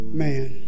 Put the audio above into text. man